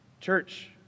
Church